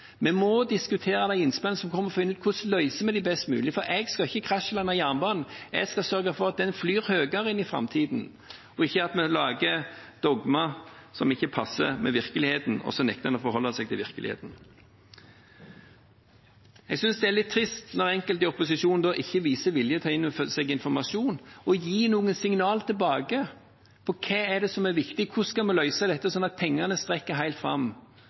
Vi må diskutere de innspillene som kommer, for å finne ut hvordan vi løser dette best mulig. Jeg skal ikke krasjlande jernbanen. Jeg skal sørge for at den flyr høyere inn i framtiden, og ikke at vi lager dogmer som ikke passer med virkeligheten, og så nekter å forholde oss til virkeligheten. Jeg synes det er litt trist når enkelte i opposisjonen ikke viser vilje til å ta inn over seg informasjonen og gir noen signaler tilbake om hva som er viktig. Hvordan skal vi løse dette, sånn at pengene strekker til helt fram?